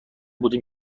بودیم